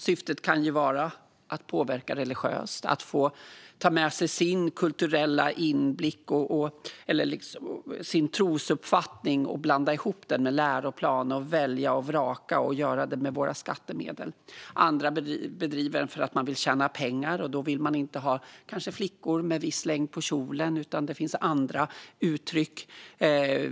Syftet kan vara att påverka religiöst, att få ta med sig sin kulturella inblick eller sin trosuppfattning och blanda ihop den med läroplanen och välja och vraka och göra det med våra skattemedel. Andra bedriver den för att de vill tjäna pengar. Då vill de kanske inte ha flickor som har viss längd på kjolen, och då finns det andra uttryck.